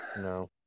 No